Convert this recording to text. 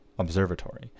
Observatory